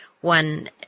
one